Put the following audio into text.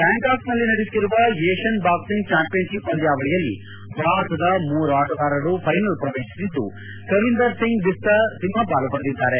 ಬ್ಲಾಕಾಂಕ್ನಲ್ಲಿ ನಡೆಯುತ್ತಿರುವ Asian boxing championship ಪಂದ್ವಾವಳಿಯಲ್ಲಿ ಭಾರತದ ಮೂವರು ಆಟಗಾರರು ಫೈನಲ್ ಪ್ರವೇಶಿಸಿದ್ದು ಕವಿಂದರ್ ಸಿಂಗ್ ಬಿಸ್ತ್ ಸಿಂಹಪಾಲು ಪಡೆದಿದ್ದಾರೆ